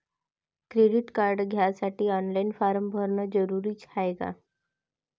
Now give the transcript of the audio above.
Credit card घ्यासाठी online form भरन जरुरीच हाय का?